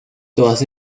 todas